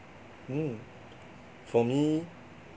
mm for me